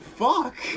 fuck